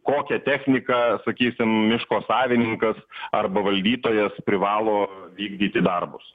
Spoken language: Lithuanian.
kokia technika sakysim miško savininkas arba valdytojas privalo vykdyti darbus